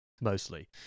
mostly